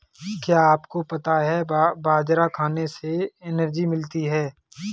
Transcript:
क्या आपको पता है बाजरा खाने से एनर्जी मिलती है?